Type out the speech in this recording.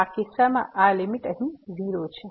આ કિસ્સામાં આ લીમીટ અહીં 0 છે